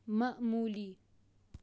معمولی